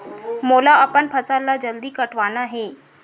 मोला अपन फसल ला जल्दी कटवाना हे?